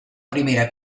primera